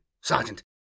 Sergeant